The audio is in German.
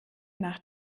nach